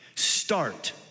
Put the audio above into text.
Start